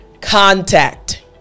contact